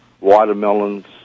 watermelons